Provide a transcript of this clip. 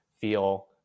feel